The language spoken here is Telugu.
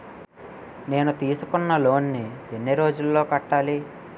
నేను తీసుకున్న లోన్ నీ ఎన్ని రోజుల్లో కట్టాలి?